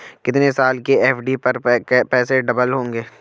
कितने साल की एफ.डी पर पैसे डबल होंगे?